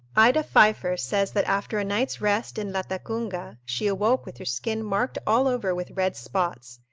ida pfeiffer says that, after a night's rest in latacunga, she awoke with her skin marked all over with red spots,